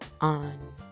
on